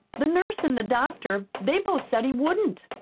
the nurse an' the doctor they both said he wouldn't.